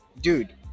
Dude